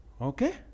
Okay